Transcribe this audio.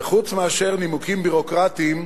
וחוץ מאשר נימוקים ביורוקרטיים,